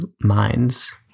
minds